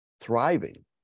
thriving